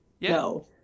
No